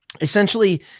Essentially